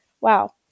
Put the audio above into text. Wow